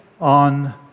on